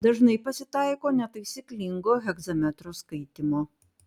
dažnai pasitaiko netaisyklingo hegzametro skaitymo